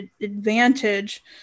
advantage